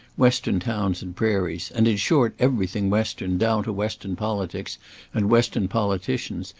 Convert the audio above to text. western towns and prairies, and, in short, everything western, down to western politics and western politicians,